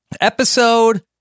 Episode